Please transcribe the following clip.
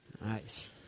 Nice